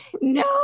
No